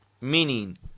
meaning